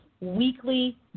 weekly